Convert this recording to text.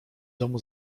domu